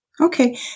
Okay